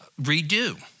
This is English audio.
redo